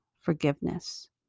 forgiveness